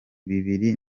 bibiri